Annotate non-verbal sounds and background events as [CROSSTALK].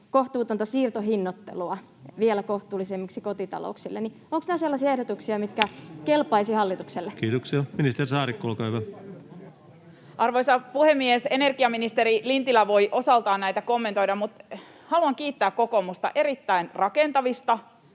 kohtuutonta siirtohinnoittelua vielä kohtuullisemmaksi kotitalouksille. Ovatko nämä sellaisia ehdotuksia, mitkä [NOISE] kelpaisivat hallitukselle? Kiitoksia. — Ministeri Saarikko, olkaa hyvä. Arvoisa puhemies! Energiaministeri Lintilä voi osaltaan näitä kommentoida, mutta haluan kiittää kokoomusta erittäin rakentavista